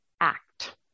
act